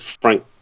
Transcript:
Frank